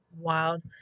wild